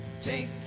take